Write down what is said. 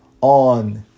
on